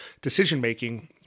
decision-making